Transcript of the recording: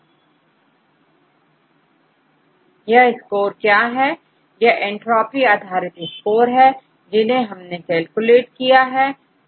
यह स्कोर क्या है यह एंट्रॉफी आधारित स्कोर है जिन्हें हमने कैलकुलेट किया है